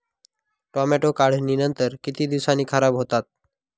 Tomato काढणीनंतर किती दिवसांनी खराब होतात?